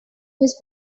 his